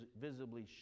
visibly